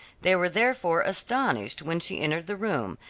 they were therefore astonished when she entered the room,